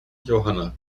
johanna